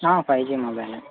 five G మొబైలే